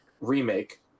remake